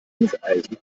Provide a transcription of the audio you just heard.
hufeisen